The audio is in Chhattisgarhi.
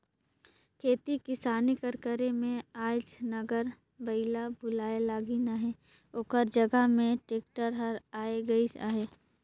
खेती किसानी कर करे में आएज नांगर बइला भुलाए लगिन अहें ओकर जगहा में टेक्टर हर आए गइस अहे